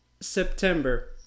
September